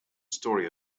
story